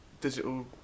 digital